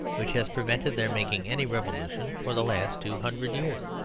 which has prevented their making any revolution for the last two hundred years.